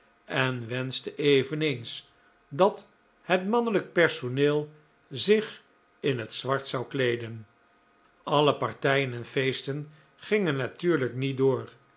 en wenschte eveneens dat het mannelijk personeel zich in het zwart zou kleeden alle partijen en feesten gingen natuurlijk niet door